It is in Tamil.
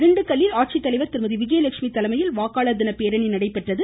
திண்டுக்கல்லில் ஆட்சித்தலைவர் திருமதி விஜயலெட்சுமி தலைமையில் வாக்காளர் தின பேரணி நடைபெற்றது